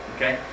Okay